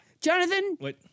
Jonathan